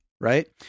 right